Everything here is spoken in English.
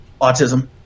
autism